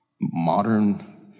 modern